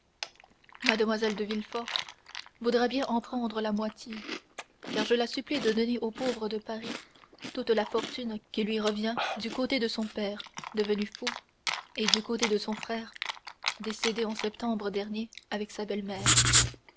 mlle de villefort voudra bien en prendre la moitié car je la supplie de donner aux pauvres de paris toute la fortune qui lui revient du côté de son père devenu fou et du côté de son frère décédé en septembre dernier avec sa belle-mère